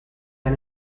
han